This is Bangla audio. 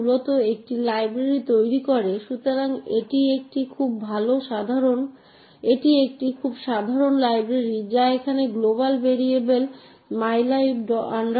ফাইল প্রোগ্রাম সকেট বা হার্ডওয়্যার এবং অ্যাক্সেসগুলি পড়া লেখা চালানো বা ভাগ করা হবে তাই উদাহরণস্বরূপ অ্যাক্সেস নিয়ন্ত্রণ নির্ধারণ করতে পারে যে ব্যবহারকারী এই সিস্টেমে একটি নির্দিষ্ট ফাইল প্রোগ্রাম বা একটি সকেট পড়তে লিখতে বা চালাতে পারে কিনা